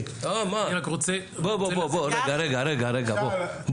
בוא בוא, בוא תקשיב.